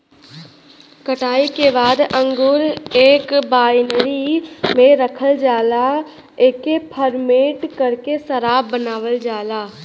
कटाई के बाद अंगूर एक बाइनरी में रखल जाला एके फरमेट करके शराब बनावल जाला